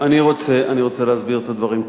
אני רוצה להסביר את הדברים.